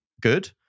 good